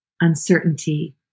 uncertainty